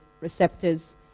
receptors